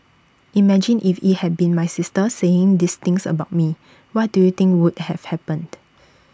imagine if IT had been my sister saying these things about me what do you think would have happened